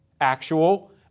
actual